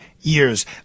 years